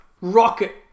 rocket